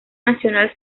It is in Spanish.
nacional